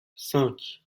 cinq